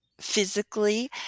physically